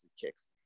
kicks